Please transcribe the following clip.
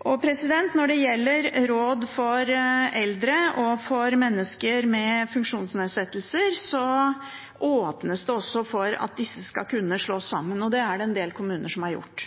Når det gjelder råd for eldre og for mennesker med funksjonsnedsettelser, åpnes det også for at disse skal kunne slås sammen, og det er det en del kommuner som har gjort.